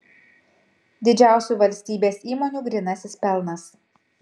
didžiausių valstybės įmonių grynasis pelnas